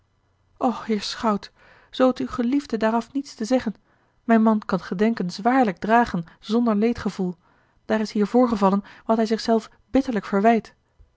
och heer schout zoo t u geliefde daaraf niets te zeggen mijn man kan t gedenken zwaarlijk dragen zonder leedgevoel daar is hier voorgevallen wat hij zich zelf bitterlijk verwijt